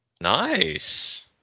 Nice